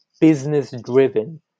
business-driven